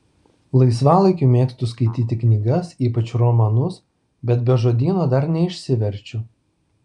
laisvalaikiu mėgstu skaityti knygas ypač romanus bet be žodyno dar neišsiverčiu